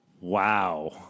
Wow